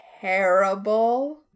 terrible